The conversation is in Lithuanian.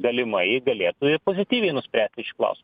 galimai galėtų ir pozityviai nuspręsti šį klausimą